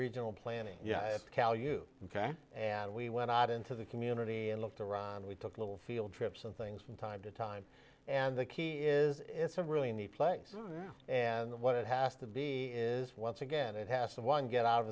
regional planning yes cal you ok and we went out into the community and looked around we took little field trips and things from time to time and the key is it's a really neat place and what it has to be is once again it has someone get out